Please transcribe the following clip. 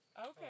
Okay